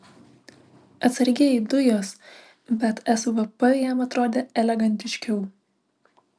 atsargiai dujos bet svp jam atrodė elegantiškiau